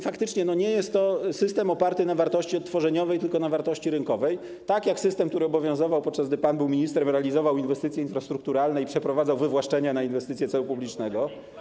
Faktycznie, jest to system oparty nie na wartości odtworzeniowej, tylko na wartości rynkowej - tak jak system, który obowiązywał, podczas gdy pan był ministrem, realizował inwestycje infrastrukturalne i przeprowadzał wywłaszczenia na inwestycje celu publicznego.